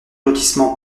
lotissement